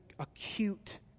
acute